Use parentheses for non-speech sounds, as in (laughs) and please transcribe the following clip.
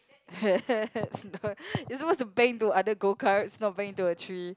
(laughs) it's not it's supposed to bang into other go-karts not bang into a tree